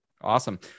awesome